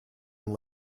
and